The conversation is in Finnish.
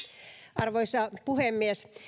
arvoisa puhemies